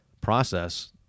process